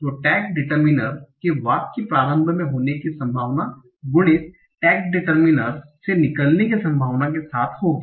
तो tag determiner के वाक्य प्रारंभ में होने की संभावना गुणीत टैग डिटेर्मिनर से निकलने की संभावना के साथ होगी